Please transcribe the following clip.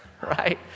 right